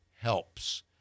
helps